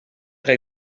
tra